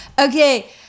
Okay